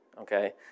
Okay